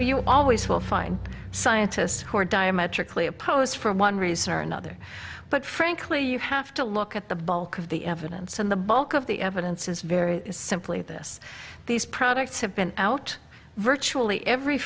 you always will find scientists who are diametrically opposed for one reason or another but frankly you have to look at the bulk of the evidence and the bulk of the evidence is very simply this these products have been out virtually every